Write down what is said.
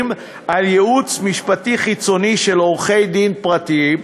על ייעוץ משפטי חיצוני של עורכי-דין פרטיים,